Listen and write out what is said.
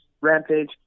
Rampage